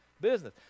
business